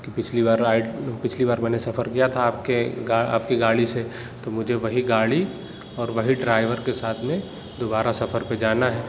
کہ پچھلی بار رائیڈ پچھلی بار میں نے سفر کیا تھا آپ کے گا آپ کی گاڑی سے تو مجھے وہی گاڑی اور وہی ڈرائیور کے ساتھ میں دوبارہ سفر پہ جانا ہے